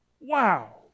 wow